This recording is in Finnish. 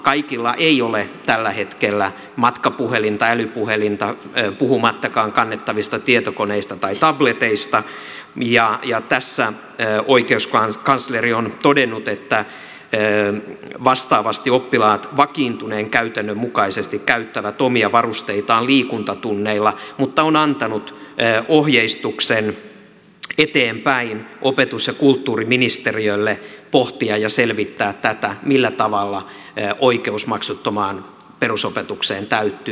kaikilla ei ole tällä hetkellä matkapuhelinta älypuhelinta puhumattakaan kannettavista tietokoneista tai tableteista ja tässä oikeuskansleri on todennut että vastaavasti oppilaat vakiintuneen käytännön mukaisesti käyttävät omia varusteitaan liikuntatunneilla mutta on antanut ohjeistuksen eteenpäin opetus ja kulttuuriministeriölle pohtia ja selvittää millä tavalla oikeus maksuttomaan perusopetukseen täyttyy